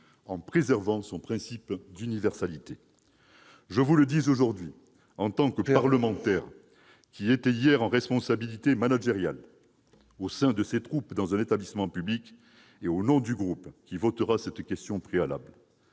en préservant son principe d'universalité. Je vous le dis aujourd'hui en tant que parlementaire qui, hier, avait des responsabilités managériales dans un établissement public et au nom de mon groupe, qui votera cette question préalable.